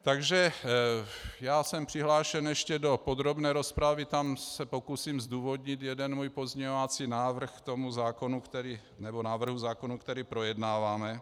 Takže já jsem ještě přihlášen do podrobné rozpravy, tam se pokusím zdůvodnit jeden svůj pozměňovací návrh k tomu zákonu, nebo návrhu zákona, který projednáváme.